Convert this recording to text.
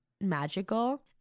magical